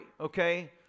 okay